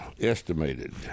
estimated